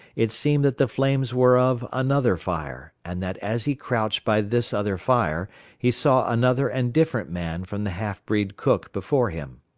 it seemed that the flames were of another fire, and that as he crouched by this other fire he saw another and different man from the half-breed cook before him.